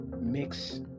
mix